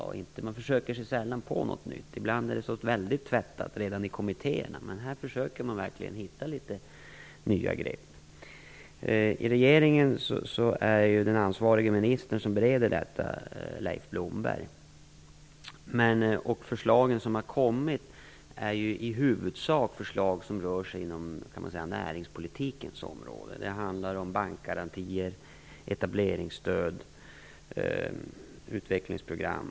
Det är sällan man försöker sig på något nytt. Ibland är det väldigt "tvättat" redan i kommittéerna, men här försöker man verkligen hitta litet nya grepp. I regeringen är det den ansvarige ministern, Leif Blomberg, som bereder detta. De förslag som kommit rör i huvudsak näringspolitikens område. Det handlar om bankgarantier, etableringsstöd och utvecklingsprogram.